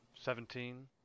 Seventeen